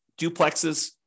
duplexes